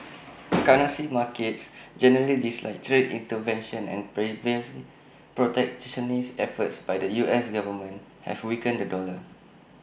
currency markets generally dislike trade intervention and previous protectionist efforts by the us government have weakened the dollar